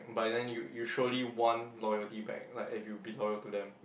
but then you you surely want loyalty back like if you've been loyal to them